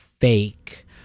fake